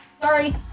Sorry